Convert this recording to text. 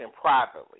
privately